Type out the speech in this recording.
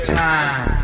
time